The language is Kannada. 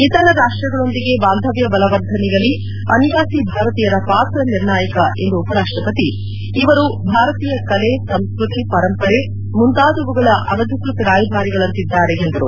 ಇತರ ರಾಷ್ಲಗಳೊಂದಿಗೆ ಬಾಂಧವ್ನ ಬಲವರ್ಧನೆಯಲ್ಲಿ ಅನಿವಾಸಿ ಭಾರತೀಯರ ಪಾತ್ರ ನಿರ್ಣಾಯಕ ಎಂದು ಉಪರಾಷ್ಲಪತಿ ಇವರು ಭಾರತೀಯ ಕಲೆ ಸಂಸ್ಕೃತಿ ಪರಂಪರೆ ಮುಂತಾದವುಗಳ ಅನಧಿಕೃತಿ ರಾಯಭಾರಿಗಳಂತಿದ್ದಾರೆ ಎಂದರು